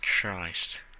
Christ